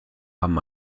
haben